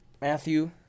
Matthew